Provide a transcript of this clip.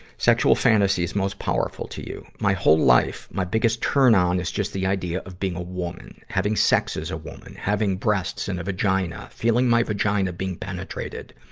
sexual fantasies most powerful to you my whole life, my biggest turn-on is just the idea of being a woman. having sex as a woman. having breasts and a vagina. felling my vagina being penetrated.